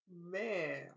Man